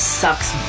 sucks